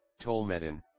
tolmedin